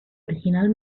original